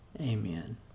Amen